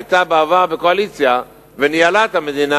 היתה בעבר בקואליציה וניהלה את המדינה.